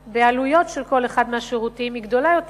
בעלויות של כל אחד מהשירותים היא גדולה יותר,